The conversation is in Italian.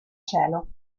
cielo